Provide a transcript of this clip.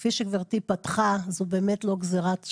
כפי שגברתי פתחה, זה באמת לא גזירת שמים.